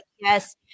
yes